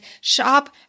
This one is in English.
shop